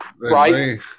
right